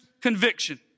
conviction